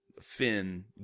Finn